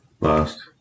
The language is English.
Last